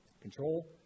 Control